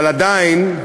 אבל עדיין,